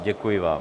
Děkuji vám.